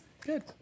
good